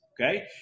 okay